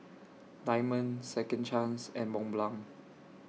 Diamond Second Chance and Mont Blanc